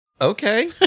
Okay